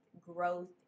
growth